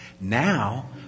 now